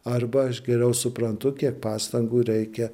arba aš geriau suprantu kiek pastangų reikia